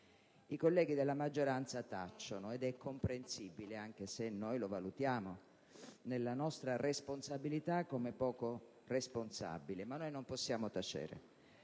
I colleghi della maggioranza tacciono, ed è comprensibile, anche se noi lo valutiamo, nella nostra responsabilità, come poco responsabile, ma noi non possiamo tacere.